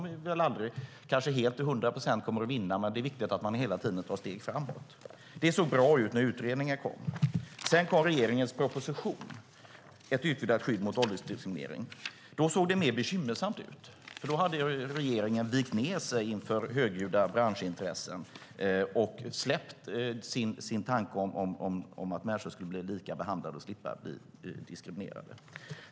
Vi kanske aldrig kommer att vinna den till hundra procent, men det är viktigt att man hela tiden tar steg framåt. Det såg bra ut när utredningen kom. Sedan kom regeringens proposition Ett utvidgat skydd mot åldersdiskriminering . Då såg det mer bekymmersamt ut, för då hade regeringen vikt ned sig inför högljudda branschintressen och släppt sin tanke om att människor skulle bli lika behandlade och slippa bli diskriminerade.